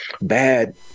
bad